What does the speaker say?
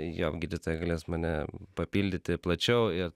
jo gydytojai galės mane papildyti plačiau ir